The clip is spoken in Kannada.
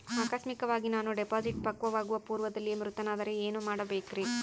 ಆಕಸ್ಮಿಕವಾಗಿ ನಾನು ಡಿಪಾಸಿಟ್ ಪಕ್ವವಾಗುವ ಪೂರ್ವದಲ್ಲಿಯೇ ಮೃತನಾದರೆ ಏನು ಮಾಡಬೇಕ್ರಿ?